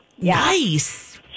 Nice